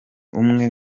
umwe